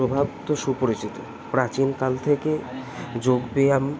প্রভাব তো সুপরিচিত প্রাচীনকাল থেকে যোগ ব্যায়াম